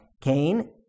Cain